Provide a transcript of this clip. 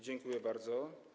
Dziękuję bardzo.